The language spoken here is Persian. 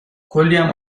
کلیم